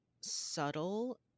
subtle